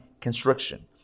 construction